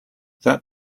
that